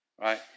Right